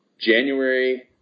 January